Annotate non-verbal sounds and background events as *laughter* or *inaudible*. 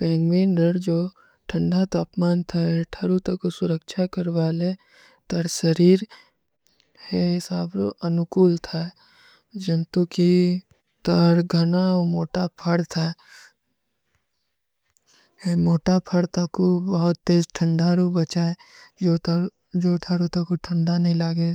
ପେଂଗ୍ମିନ ରର ଜୋ ଥଂଦା ତାପମାନ ଥା ହୈ ଥାରୋ ତକ ସୁରକ୍ଷା କରଵାଲେ ତର ସରୀର ହେ ସାବରୋ ଅନୁକୂଲ ଥା ହୈ। ଜଂତୋ କୀ ତର ଘଣା ଔର ମୋଟା ଫାଡ ଥା ହୈ। *hesitation* ହେ ମୋଟା ଫାଡ ତକୋ ବହୁତ ଦେଶ ଥଂଦାରୋ ବଚା ହୈ ଜୋ ତାରୋ ତକୋ ଥଂଦା ନହୀଂ ଲାଗେ।